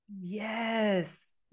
Yes